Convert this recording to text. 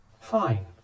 Fine